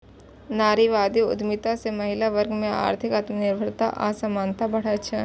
नारीवादी उद्यमिता सं महिला वर्ग मे आर्थिक आत्मनिर्भरता आ समानता बढ़ै छै